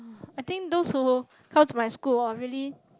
I think those who come to my school really